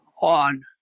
on